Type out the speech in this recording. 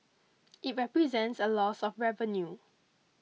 it represents a loss of revenue